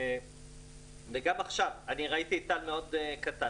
גם עכשיו ראיתי --- מאוד קטן,